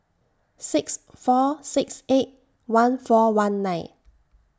six four six eight one four one nine